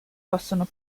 possono